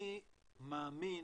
אני מאמין